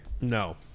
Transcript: No